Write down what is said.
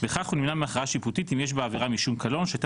בכך הוא נמנע מהכרעה שיפוטית אם יש בעבירה משום קלון שהייתה